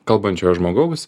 kalbančiojo žmogaus